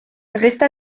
resta